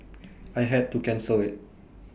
I had to cancel IT